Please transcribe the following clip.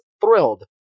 thrilled